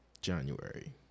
January